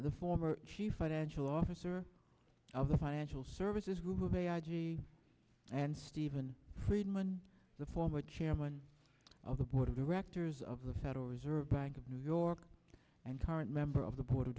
the former chief financial officer of the financial services group of ai g and stephen friedman the former chairman of the board of directors of the federal reserve bank of new york and current member of the board of